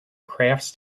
crafts